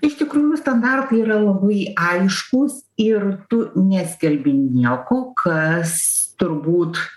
iš tikrųjų standartai yra labai aiškūs ir tu neskelbi nieko kas turbūt